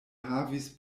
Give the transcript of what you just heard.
havis